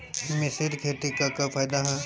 मिश्रित खेती क का फायदा ह?